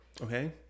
Okay